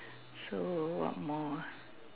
so one more ah